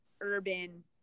Urban